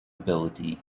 ability